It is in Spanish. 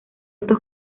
estos